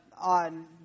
on